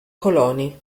coloni